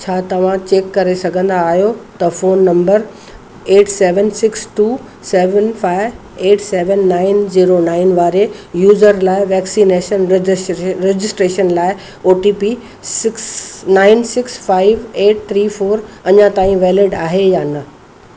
छा तव्हां चेक करे सघंदा आहियो त phone number eight seven six two seven five eight seven nine zero nine वारे यूज़र लाइ वैक्सीन रजशिरश रजिस्ट्रेशन लाइ O T P six nine six five eight three four अञा ताईं वैलिड आहे या न